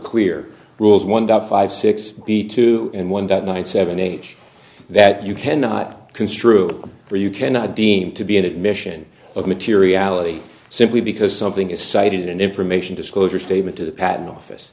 clear rules one dot five six b two and one that night seven age that you cannot construe or you cannot deem to be an admission of materiality simply because something is cited an information disclosure statement to the patent office